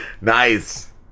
Nice